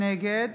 נגד